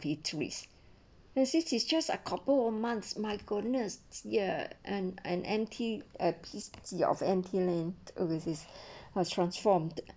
beatrice message is just a couple of months my goodness ya and an empty a piece ya of empty land overseas has transformed